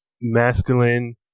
masculine